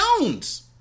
Jones